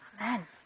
Amen